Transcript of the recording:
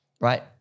right